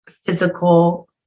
physical